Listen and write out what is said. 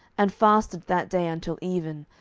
and fasted that day until even,